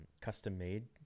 custom-made